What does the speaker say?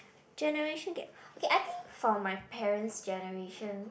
generation gap okay I think for my parents' generation